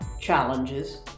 challenges